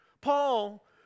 Paul